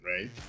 right